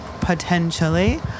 potentially